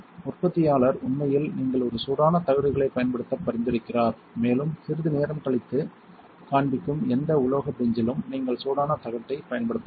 உற்பத்தியாளர் உண்மையில் நீங்கள் ஒரு சூடான தகடுகளைப் பயன்படுத்த பரிந்துரைக்கிறார் மேலும் சிறிது நேரம் கழித்து காண்பிக்கும் எந்த உலோக பெஞ்சிலும் நீங்கள் சூடான தகட்டைப் பயன்படுத்தலாம்